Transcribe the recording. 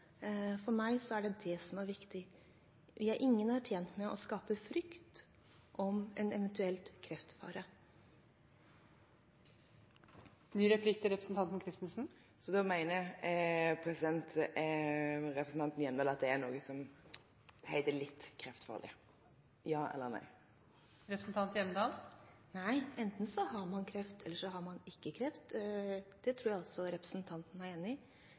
for meg det som er viktig. Ingen er tjent med å skape frykt om en eventuell kreftfare. Så da mener representanten Hjemdal at det er noe som heter «litt kreftfarlig» – ja eller nei? Nei, enten har man kreft, eller man har ikke kreft. Det tror jeg også representanten er enig i.